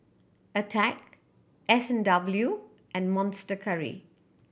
Attack S and W and Monster Curry